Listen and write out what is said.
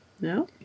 No